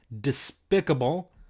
despicable